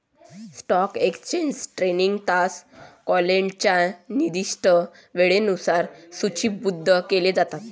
stock exchange trading तास क्लायंटच्या निर्दिष्ट वेळेनुसार सूचीबद्ध केले जातात